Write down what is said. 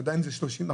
ואי אם זה 30,